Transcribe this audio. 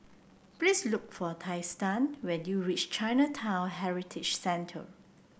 please look for Trystan when you reach Chinatown Heritage Centre